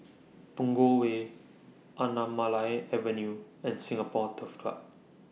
Punggol Way Anamalai Avenue and Singapore Turf Club